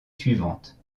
suivante